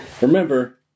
Remember